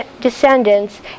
descendants